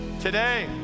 Today